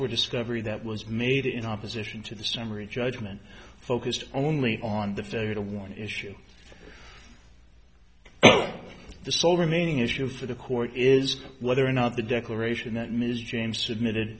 for discovery that was made in opposition to the summary judgment focused only on the failure to one issue oh the sole remaining issue for the court is whether or not the declaration that ms james submitted